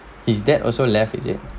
his dad also left is it